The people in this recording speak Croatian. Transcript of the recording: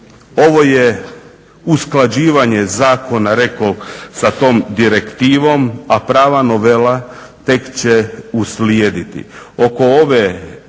Ovo je usklađivanje zakona rekoh sa tom direktivom a prava novela tek će uslijediti.